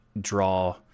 Draw